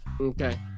okay